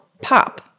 pop